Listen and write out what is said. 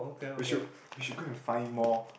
we should we should go and find more